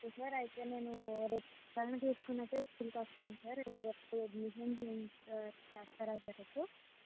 okay sir అయితే నేను రేపు పేమెంట్ తీసుకుని అయితే స్కూల్కి వస్తాను సార్ రేపు అడ్మిషన్ చేయిం చేస్తారా సార్ రేపు